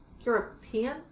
European